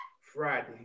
Friday